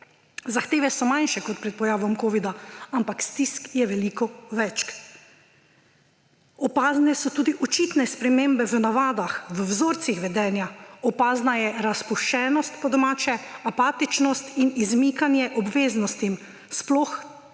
Zahteve so manjše kot pred pojavom covida, ampak stisk je veliko več. Opazne so tudi očitne spremembe v navadah, v vzorcih vedenja, opazna je razpuščenost, po domače, apatičnost in izmikanje obveznostim; sploh tem,